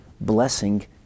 blessing